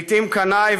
לעתים קנאי.